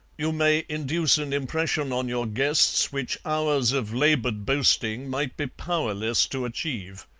you may induce an impression on your guests which hours of laboured boasting might be powerless to achieve.